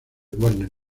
warner